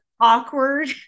awkward